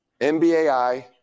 NBAI